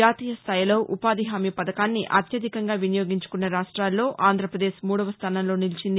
జాతీయస్థాయిలో ఉపాధి హామీ పథకాన్ని అత్యధికంగా వినియోగించుకున్న రాష్ట్లో ఆంధ్రాప్రదేశ్ మూడవ స్థానంలో నిలిచింది